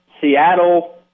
Seattle